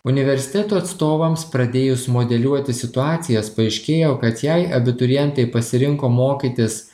universiteto atstovams pradėjus modeliuoti situacijas paaiškėjo kad jei abiturientai pasirinko mokytis